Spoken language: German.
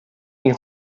den